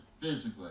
physically